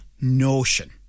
notion